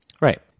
Right